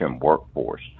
workforce